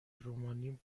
رومانی